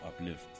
uplift